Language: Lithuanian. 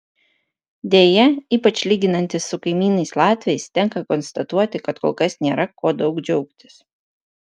deja ypač lyginantis su kaimynais latviais tenka konstatuoti kad kol kas nėra kuo daug džiaugtis